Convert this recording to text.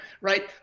right